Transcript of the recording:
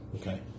Okay